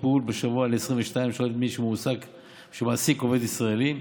שעות טיפול בשבוע למי שמעסיק עובד ישראלי,